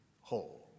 whole